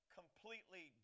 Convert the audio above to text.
completely